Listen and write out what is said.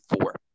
four